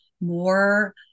more